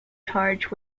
charged